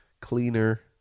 cleaner